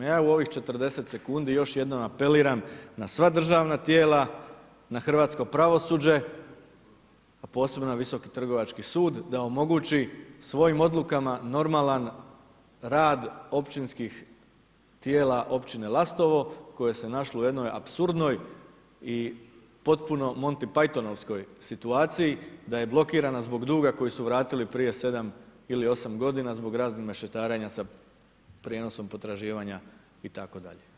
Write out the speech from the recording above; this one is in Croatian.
Ja u ovih 40 sekundi još jednom apeliram na sva državna tijela, na hrvatsko pravosuđe a posebno na Visoki trgovački sud da omogući svojim odlukama normalan rad općinskih tijela općine Lastovo koje se našlo u jednoj apsurdnoj i potpuno Monty Paythonovskoj situaciji da je blokirana zbog duga koji su vratili prije 7 ili 8 godina zbog raznih mešetarenja sa prijenosom potraživanja itd.